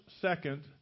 second